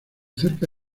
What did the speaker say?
cerca